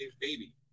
baby